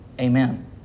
Amen